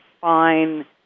fine